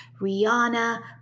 Rihanna